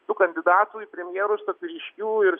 tų kandidatų į premjerus tokių ryškių ir